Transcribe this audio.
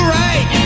right